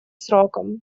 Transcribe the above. сроком